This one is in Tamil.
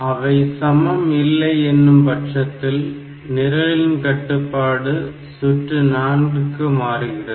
அவை சமம் இல்லை என்னும் பட்சத்தில் நிரலின் கட்டுப்பாடு சுற்று L4 க்கு மாறுகிறது